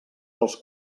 dels